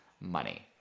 money